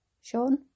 Sean